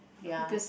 ya